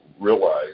realize